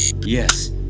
Yes